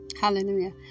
Hallelujah